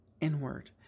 inward